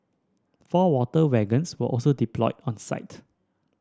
four water wagons were also deployed on site